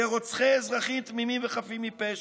לרוצחי אזרחים תמימים וחפים מפשע.